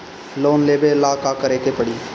Loan लेबे ला का करे के पड़ी?